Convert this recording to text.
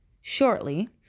shortly